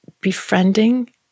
befriending